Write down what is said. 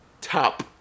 Top